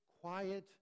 quiet